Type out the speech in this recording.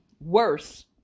worse